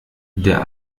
der